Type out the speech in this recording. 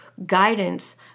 guidance